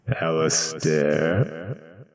Alistair